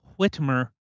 Whitmer